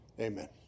Amen